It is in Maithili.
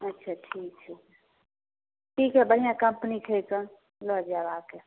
अच्छा ठीक हइ ठीक हइ बढ़िआँ कम्पनीके हइके लऽ जाएब आके